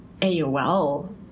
AOL